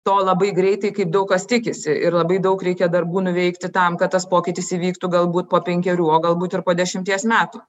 to labai greitai kaip daug kas tikisi ir labai daug reikia darbų nuveikti tam kad tas pokytis įvyktų galbūt po penkerių o galbūt ir po dešimties metų